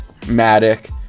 Matic